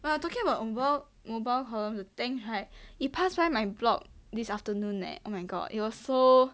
well I'm talking about work mobile column the tank right he passed by my block this afternoon leh oh my god it was so